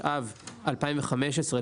התשפ"ג-2023.